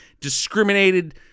discriminated